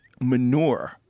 manure